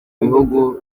bihugu